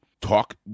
talk